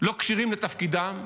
לא כשירים לתפקידם,